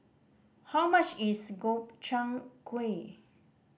how much is Gobchang Gui